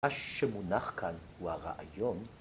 ‫מה שמונח כאן הוא הרעיון...